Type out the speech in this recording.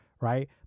right